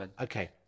Okay